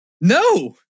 No